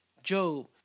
Job